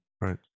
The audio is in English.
Right